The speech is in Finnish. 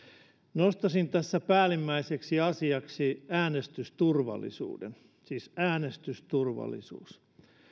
nostaisin tässä päällimmäiseksi asiaksi äänestysturvallisuuden siis äänestysturvallisuus